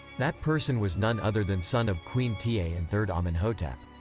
that person was none other than son of queen tiye and third amenhotep.